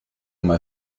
mal